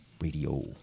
radio